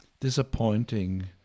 disappointing